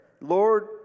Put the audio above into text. Lord